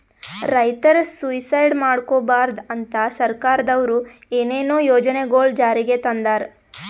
ರೈತರ್ ಸುಯಿಸೈಡ್ ಮಾಡ್ಕೋಬಾರ್ದ್ ಅಂತಾ ಸರ್ಕಾರದವ್ರು ಏನೇನೋ ಯೋಜನೆಗೊಳ್ ಜಾರಿಗೆ ತಂದಾರ್